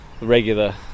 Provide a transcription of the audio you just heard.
regular